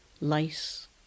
lice